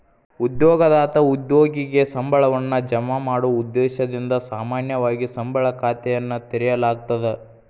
ಉದ್ಯೋಗದಾತ ಉದ್ಯೋಗಿಗೆ ಸಂಬಳವನ್ನ ಜಮಾ ಮಾಡೊ ಉದ್ದೇಶದಿಂದ ಸಾಮಾನ್ಯವಾಗಿ ಸಂಬಳ ಖಾತೆಯನ್ನ ತೆರೆಯಲಾಗ್ತದ